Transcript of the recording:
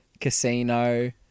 casino